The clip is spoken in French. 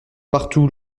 partout